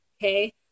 Okay